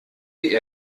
die